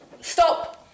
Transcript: Stop